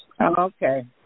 Okay